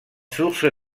source